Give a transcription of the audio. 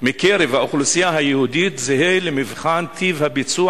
מקרב האוכלוסייה היהודית זהה למבחן טיב הביצוע